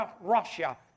Russia